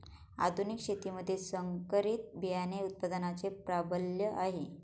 आधुनिक शेतीमध्ये संकरित बियाणे उत्पादनाचे प्राबल्य आहे